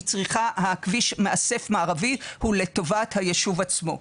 הכביש מאסף מערבי הוא לטובת היישוב עצמו.